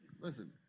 Listen